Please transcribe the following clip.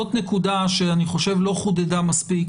זאת נקודה שאני חושב שלא חודדה מספיק